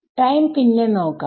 time പിന്നെ നോക്കാം